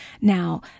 Now